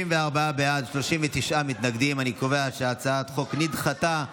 34 בעד, 39 מתנגדים, אני קובע שהצעת החוק נדחתה.